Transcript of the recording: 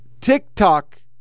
TikTok